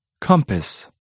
Compass